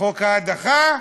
חוק ההדחה,